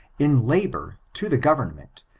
in labor, to the government,